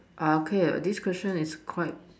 ah okay this question is quite